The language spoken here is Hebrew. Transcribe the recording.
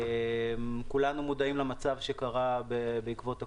כולנו מודעים למצב שקרה בעקבות הקורונה.